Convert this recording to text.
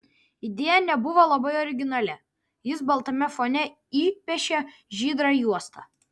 idėja nebuvo labai originali jis baltame fone įpiešė žydrą juostą